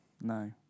No